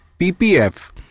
PPF